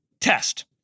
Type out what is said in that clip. test